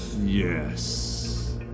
Yes